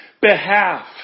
behalf